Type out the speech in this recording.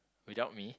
without me